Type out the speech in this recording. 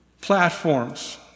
platforms